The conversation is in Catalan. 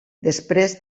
després